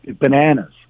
bananas